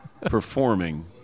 Performing